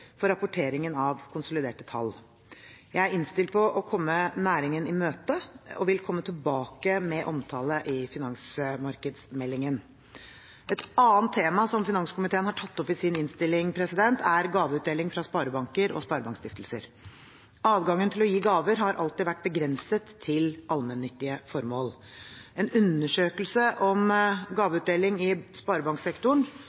for rapporteringen av konsoliderte tall. Jeg er innstilt på å komme næringen i møte og vil komme tilbake med omtale i finansmarkedsmeldingen. Et annet tema som finanskomiteen har tatt opp i sin innstilling, er gaveutdeling fra sparebanker og sparebankstiftelser. Adgangen til å gi gaver har alltid vært begrenset til allmennyttige formål. En undersøkelse om gaveutdeling i sparebanksektoren